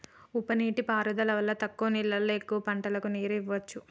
ఉప నీటి పారుదల వల్ల తక్కువ నీళ్లతో ఎక్కువ పంటలకు నీరు ఇవ్వొచ్చు